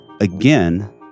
again